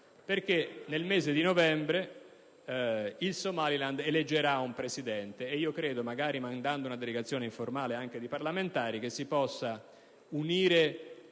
che nel mese di novembre il Somaliland eleggerà un presidente ed io credo che, magari inviando una delegazione informale di parlamentari, si possano unire